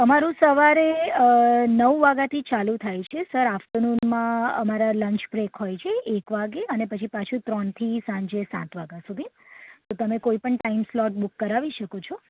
અમારું સવારે નવ વાગ્યાથી ચાલું થાય છે સર આફ્ટરનૂનમાં અમારા લંચ બ્રેક હોય છે એક વાગ્યે અને પછી પાછું ત્રણ થી સાંજે સાત વાગ્યા સુધી તો તમે કોઈપણ ટાઈમ સ્લોટ બુક કરાવી શકો છો